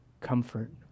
comfort